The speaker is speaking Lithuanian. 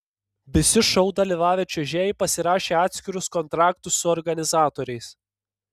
visi šou dalyvavę čiuožėjai pasirašė atskirus kontraktus su organizatoriais